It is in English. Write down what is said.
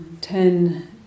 ten